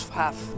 half